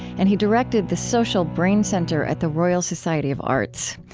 and he directed the social brain centre at the royal society of arts.